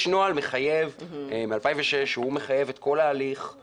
יש נוהל מ-2006 שמחייב את כל ההליך,